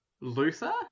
Luther